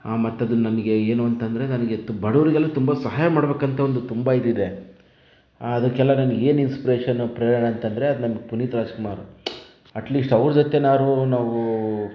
ಮತ್ತೆ ಅದು ನನಗೆ ಏನು ಅಂತ ಅಂದರೆ ನನಗೆ ತುಮ್ ಬಡವರಿಗೆಲ್ಲ ತುಂಬ ಸಹಾಯ ಮಾಡಬೇಕಂತ ಒಂದು ತುಂಬ ಇದಿದೆ ಅದಕ್ಕೆಲ್ಲ ನನಗೆ ಏನು ಇನ್ಸ್ಪಿರೇಷನ್ ಪ್ರೇರಣೆ ಅಂತಂದರೆ ಅದು ನಮ್ಮ ಪುನೀತ್ ರಾಜ್ಕುಮಾರ್ ಅಟ್ಲಿಸ್ಟ್ ಅವರ ಜೊತೆನಾದ್ರೂ ನಾವು